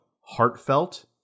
heartfelt